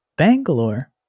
Bangalore